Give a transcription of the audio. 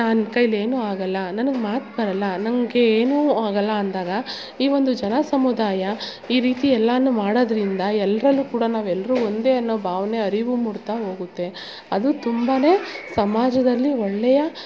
ನನ್ನ ಕೈಲಿ ಏನು ಆಗೋಲ್ಲ ನನಗೆ ಮಾತು ಬರೋಲ್ಲ ನನಗೆ ಏನು ಆಗೋಲ್ಲ ಅಂದಾಗ ಈ ಒಂದು ಜನ ಸಮುದಾಯ ಈ ರೀತಿ ಎಲ್ಲಾ ಮಾಡೋದ್ರಿಂದ ಎಲ್ಲರಲ್ಲು ಕೂಡ ನಾವೆಲ್ಲರು ಒಂದೇ ಅನ್ನೋ ಭಾವ್ನೆ ಅರಿವು ಮೂಡ್ತಾ ಹೋಗುತ್ತೆ ಅದು ತುಂಬ ಸಮಾಜದಲ್ಲಿ ಒಳ್ಳೆಯ